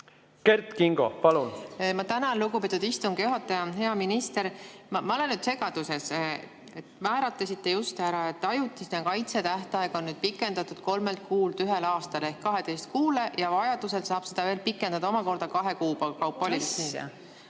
Kert Kingo, palun! Ma tänan, lugupeetud istungi juhataja! Hea minister! Ma olen nüüd segaduses. Te määratlesite just ära, et ajutise kaitse tähtaega on pikendatud kolmelt kuult ühele aastale ehk 12 kuule ja vajadusel saab seda veel pikendada omakorda kahe kuu kaupa.